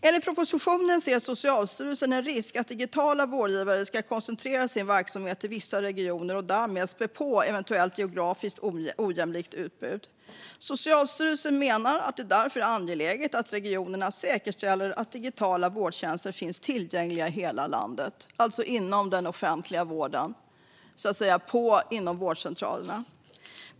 Enligt propositionen ser Socialstyrelsen en risk att digitala vårdgivare ska koncentrera sin verksamhet till vissa regioner och därmed spä på ett eventuellt ojämlikt utbud geografiskt sett. Socialstyrelsen menar att det därför är angeläget att regionerna säkerställer att digitala vårdtjänster finns tillgängliga i hela landet, alltså på vårdcentralerna inom den offentliga vården.